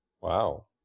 Wow